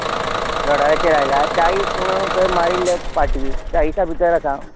राडाराचेर आयलां चाळीस म्हणून थंय मारिल्लें फाटी चाळिसा भितर आसा